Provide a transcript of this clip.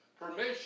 permission